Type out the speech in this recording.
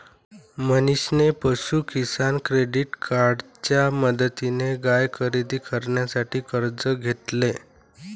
मनीषने पशु किसान क्रेडिट कार्डच्या मदतीने गाय खरेदी करण्यासाठी कर्ज घेतले